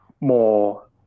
more